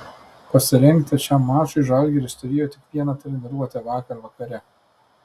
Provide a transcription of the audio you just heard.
pasirengti šiam mačui žalgiris turėjo tik vieną treniruotę vakar vakare